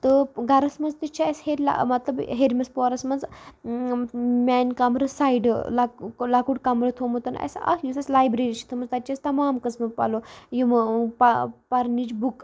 تہٕ گَرَس منٛز تہِ چھِ اَسہِ ہیٚرِ مَطلب ہیٚرمِس پورَس منٛز میٛانہِ کَمرٕ سایڈٕ لک لکُٹ کَمرٕ تھومُت اَسہِ اَکھ یُس اَسہِ لایبرٔری چھِ تھٲمٕژ تَتہِ چھِ أسۍ تَمام قٕسمٕکۍ پَلو یِمو پَہ پَرنٕچ بُک